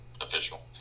official